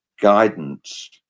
guidance